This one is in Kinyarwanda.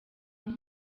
bwa